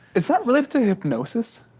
is that related to hypnosis?